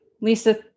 Lisa